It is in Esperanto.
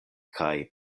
kaj